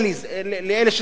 לאלה שזקוקים לדיאליזה,